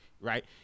right